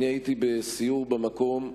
הייתי בסיור במקום.